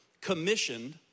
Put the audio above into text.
commissioned